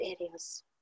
areas